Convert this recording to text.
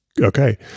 okay